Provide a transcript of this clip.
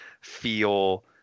feel